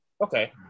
okay